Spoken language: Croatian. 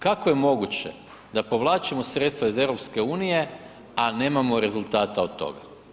Kako je moguće da povlačimo sredstva iz EU, a nemamo rezultata od toga?